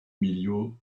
emilio